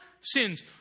sins